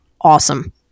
awesome